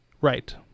Right